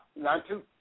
nine-two